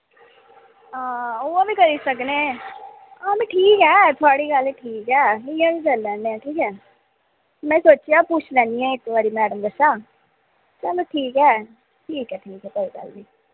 हां उ'या बी करी सकने तां बी ठीक ऐ थोआढ़ी गल्ल ठीक ऐ इ'यां गै करी लैन्ने आं ठीक ऐ में सोचेआ पुच्छी लैन्नी आं इक बारी मैडम कशा चलो ठीक ऐ ठीक ऐ ठीक ऐ ठीक ऐ कोई गल्ल नेईं